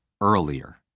earlier